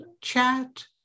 chat